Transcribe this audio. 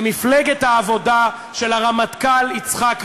למפלגת העבודה של הרמטכ"ל יצחק רבין?